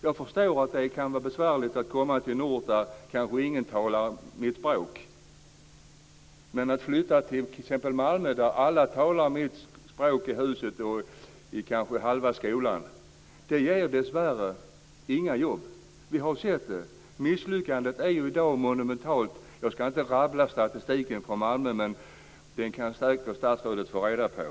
Jag förstår att det kan vara besvärligt för en person som kommer till en ort där kanske ingen talar dennes språk, men att denne flyttar t.ex. till Malmö där alla i huset och kanske hälften av eleverna i skolan talar just detta språk ger dessvärre inga jobb. Det har vi sett. Misslyckandet är ju i dag monumentalt. Jag ska inte rabbla statistiken för Malmö - den kan statsrådet säkert ta reda på.